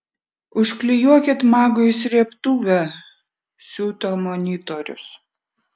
užklijuokit magui srėbtuvę siuto monitorius